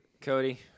Cody